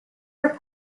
are